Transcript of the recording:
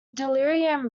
delirium